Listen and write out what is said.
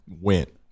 went